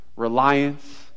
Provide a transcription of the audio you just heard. reliance